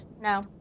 No